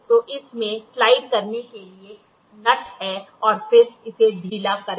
तो इसमें स्लाइड करने के लिए पेच है और फिर इसे ढीला करें